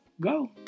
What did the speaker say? go